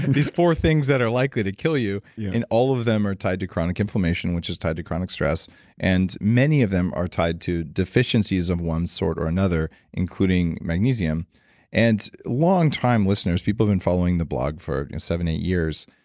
these four things that are likely to kill you you and all of them are tied to chronic inflammation, which is tied to chronic stress and many of them are tied to deficiencies of one sort or another, including magnesium and longtime listeners, people who have been following the blog for seven, eight years,